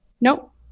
Nope